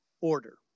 order